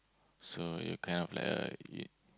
so you kind of like uh you